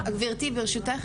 גברתי, ברשותך?